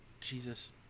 Jesus